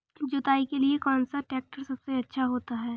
जुताई के लिए कौन सा ट्रैक्टर सबसे अच्छा होता है?